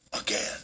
again